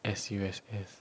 S_U_S_S